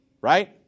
Right